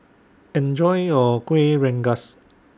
Enjoy your Kueh Rengas